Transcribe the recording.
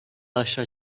aşağı